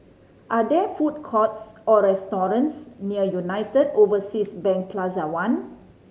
are there food courts or restaurants near United Overseas Bank Plaza One